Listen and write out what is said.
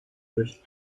durch